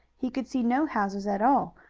he could see no houses at all,